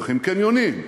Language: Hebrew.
צריכים קניונים,